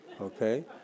okay